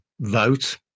Vote